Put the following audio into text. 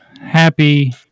happy